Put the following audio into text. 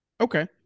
Okay